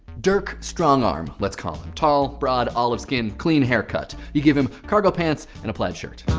dirk strongarm, let's call him. tall, broad, olive skin, clean haircut. you give him cargo pants and a plaid shirt.